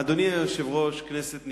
אדוני היושב-ראש, כנסת נכבדה,